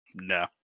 No